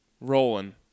rolling